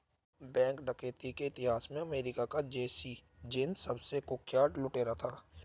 bank डकैती के इतिहास में अमेरिका का जैसी जेम्स सबसे कुख्यात लुटेरा था